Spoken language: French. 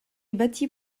bâtis